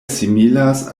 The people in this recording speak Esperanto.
similas